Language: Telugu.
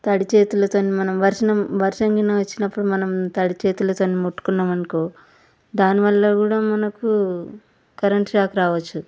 తడి చేతులతో మనం వర్షం వర్షం కానీ వచ్చినప్పుడు మనం తడి చేతులతో ముట్టుకున్నాం అనుకో దానివల్ల కూడా మనకు కరెంట్ షాక్ రావచ్చు